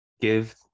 Give